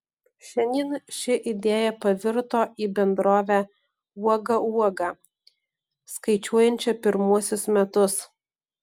šiandien ši idėja pavirto į bendrovę uoga uoga skaičiuojančią pirmuosius metus